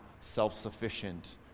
self-sufficient